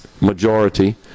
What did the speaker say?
majority